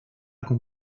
con